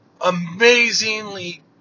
amazingly